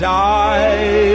die